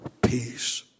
peace